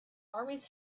armies